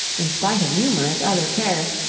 in spite of numerous other cares,